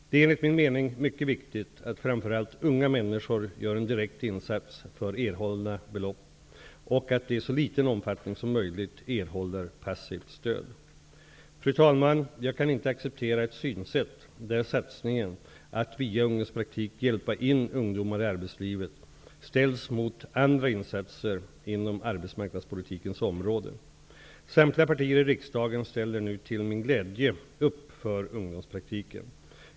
Det är enligt min mening mycket viktigt att framför allt unga människor gör en direkt insats för erhållna belopp och att de i så liten omfattning som möjligt erhåller ''passivt'' stöd. Fru talman! Jag kan inte acceptera ett synsätt där satsningen, att via ungdomspraktik hjälpa in ungdomar i arbetslivet, ställs mot andra insatser inom arbetsmarknadspolitikens område. Samtliga partier i riksdagen ställer nu till min glädje upp för ungdomspraktiken.